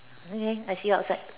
okay I see you outside